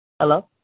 Hello